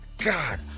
God